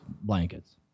blankets